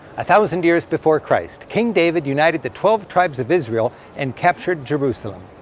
a thousand years before christ, king david united the twelve tribes of israel and captured jerusalem.